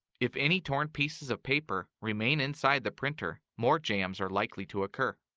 if any torn pieces of paper remain inside the printer, more jams are likely to occur.